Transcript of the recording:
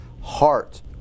heart